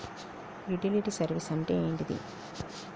Utility service అంటే ఏంటిది?